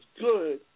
good